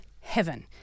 heaven